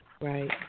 Right